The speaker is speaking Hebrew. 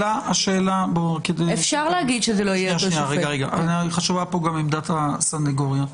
חשובה כאן גם עמדת הסניגוריה.